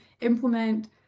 implement